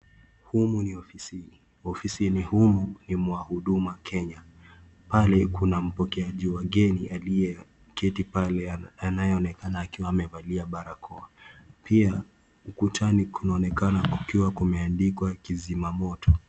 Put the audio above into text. Humu ni ofisi, ofisini humu ni mwa huduma Kenya pale kuna mpokeaji wageni aliye keti pale anayeonekana akiwa amevalia barakoa pia ukutani kunaonekana kukiwa kumeandikwa kizima moto.